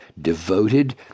devoted